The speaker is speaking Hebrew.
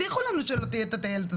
הבטיחו לנו שלא תהיה טיילת.